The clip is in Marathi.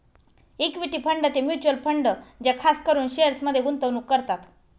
इक्विटी फंड ते म्युचल फंड आहे जे खास करून शेअर्समध्ये गुंतवणूक करतात